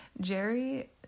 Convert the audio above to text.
Jerry